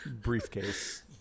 Briefcase